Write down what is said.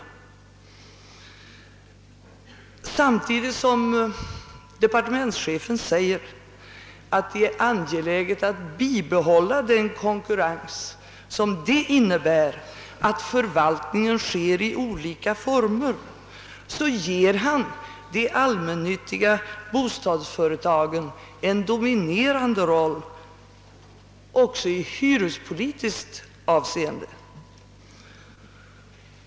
Samtidigt som <departementschefen säger att det är angeläget att bibehålla den konkurrens som det innebär att förvaltningen sker i olika former ger han de allmännyttiga bostadsföretagen en dominerande ställning också i hyrespolitiskt avseende.